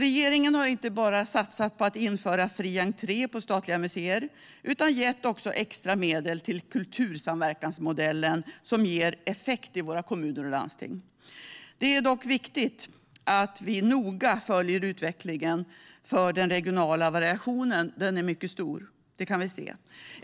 Regeringen har därför inte bara satsat på att införa fri entré på våra statliga museer utan också gett extra medel till kultursamverkansmodellen, som ger effekt i våra kommuner och landsting. Det är dock viktigt att vi noga följer utvecklingen, för den regionala variationen är mycket stor. Det kan vi se.